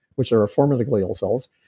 which are a form of the glial cells,